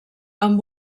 amb